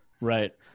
Right